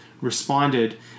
responded